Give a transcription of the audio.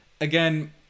again